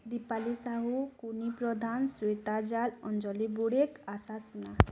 Dipali Sahu Kuni Pradhan Shweta Jal Anjali Budek Asha Suna